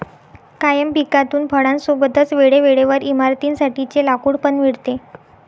कायम पिकातून फळां सोबतच वेळे वेळेवर इमारतीं साठी चे लाकूड पण मिळते